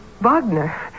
Wagner